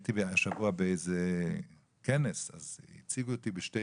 הייתי השבוע באיזה כנס, אז הציגו אותי בשני